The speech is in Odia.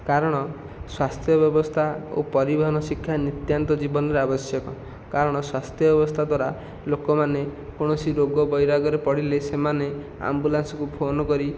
କାରଣ ସ୍ୱାସ୍ଥ୍ୟ ବ୍ୟବସ୍ଥା ଓ ପରିବହନ ଶିକ୍ଷା ନିତ୍ୟାନ୍ତ ଜୀବନରେ ଆବଶ୍ୟକ କାରଣ ସ୍ୱାସ୍ଥ୍ୟ ବ୍ୟବସ୍ଥା ଦ୍ୱାରା ଲୋକମାନେ କୌଣସି ରୋଗ ବୈରାଗ ପଡ଼ିଲେ ସେମାନେ ଆମ୍ବୁଲାନ୍ସକୁ ଫୋନ କରି